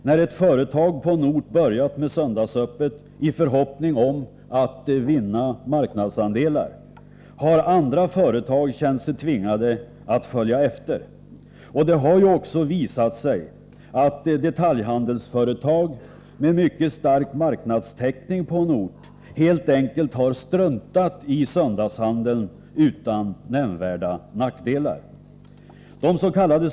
När ett företag på en ort har börjat med söndagsöppet i förhoppning om att vinna marknadsandelar har andra företag känt sig tvingade att följa efter. Det har också visat sig att detaljhandelsföretag med mycket stark marknadstäckning på en ort helt enkelt har struntat i söndagshandeln utan nämnvärda nackdelar.